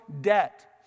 debt